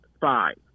five